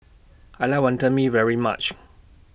I like Wantan Mee very much